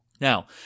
Now